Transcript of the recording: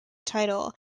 title